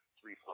three